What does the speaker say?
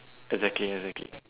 exactly exactly